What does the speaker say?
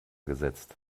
gesetzt